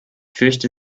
fürchte